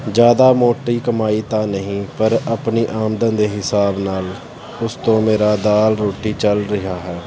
ਜ਼ਿਆਦਾ ਮੋਟੀ ਕਮਾਈ ਤਾਂ ਨਹੀਂ ਪਰ ਆਪਣੀ ਆਮਦਨ ਦੇ ਹਿਸਾਬ ਨਾਲ ਉਸ ਤੋਂ ਮੇਰਾ ਦਾਲ ਰੋਟੀ ਚੱਲ ਰਿਹਾ ਹੈ